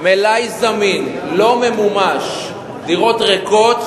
מלאי זמין, לא ממומש, דירות ריקות,